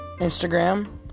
Instagram